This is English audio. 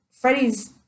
Freddie's